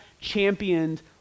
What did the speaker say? championed